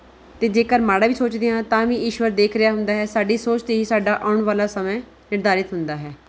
ਅਤੇ ਜੇਕਰ ਮਾੜਾ ਵੀ ਸੋਚਦੇ ਹਾਂ ਤਾਂ ਵੀ ਇਸ਼ਵਰ ਦੇਖ ਰਿਹਾ ਹੁੰਦਾ ਹੈ ਸਾਡੀ ਸੋਚ 'ਤੇ ਹੀ ਸਾਡਾ ਆਉਣ ਵਾਲਾ ਸਮਾਂ ਨਿਰਧਾਰਤ ਹੁੰਦਾ ਹੈ